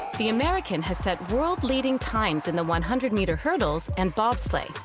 the american has set world-leading times in the one hundred meter hurdles and bobsleigh.